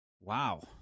wow